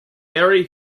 bury